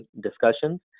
discussions